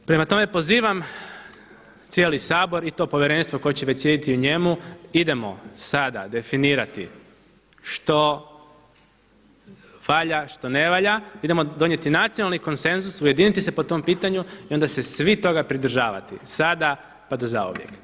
Prema tome, pozivam cijeli Sabor i to povjerenstvo koje će već sjediti u njemu idemo sada definirati što valja, što ne valja, idemo donijeti nacionalni konsenzus, ujediniti se po tom pitanju i onda se svi toga pridržavati sada pa do zauvijek.